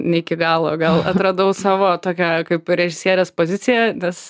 ne iki galo gal atradau savo tokią kaip režisierės poziciją nes